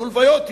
יהיו לוויות,